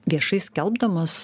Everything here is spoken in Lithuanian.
viešai skelbdamas